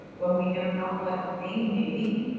when we know not what your name may be?